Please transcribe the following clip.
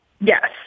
Yes